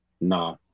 nah